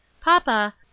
Papa